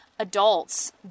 adults